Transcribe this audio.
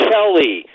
Kelly